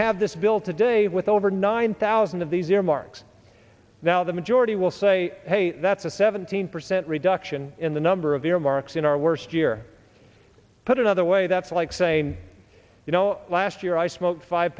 have this bill to dave with over nine thousand of these earmarks now the majority will say hey that's a seventeen percent reduction in the number of earmarks in our worst year put another way that's like saying you know last year i smoked five